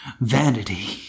Vanity